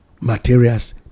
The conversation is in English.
materials